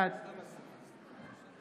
בעד